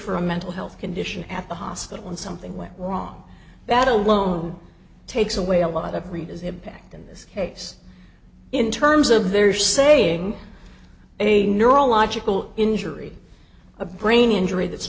for a mental health condition at the hospital and something went wrong that alone takes away a lot of readers impact in this case in terms of they're saying a neurological injury a brain injury that's